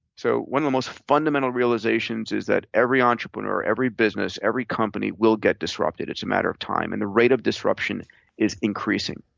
so one of the most fundamental realizations is that every entrepreneur, every business, every company will get disrupted. it's a matter of time, and the rate of disruption is increasing.